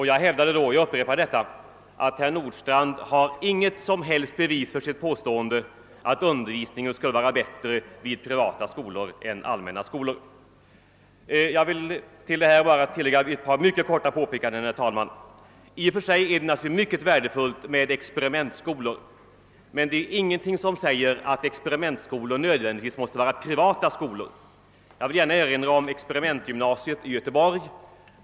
Jag hävdade då och upprepar det nu att herr Nordstrandh inte har några som helst bevis för påståendet att undervisningen skulle vara bättre vid privata än vid allmänna skolor. Sedan bara några mycket korta påpekanden. Det är naturligtvis i och för sig mycket värdefullt med experimentskolor, men det är ingenting som säger att experimentskolor nödvändigtvis måste vara privata skolor. Jag vill bara erinra om experimentgymnasiet i Göteborg.